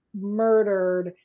murdered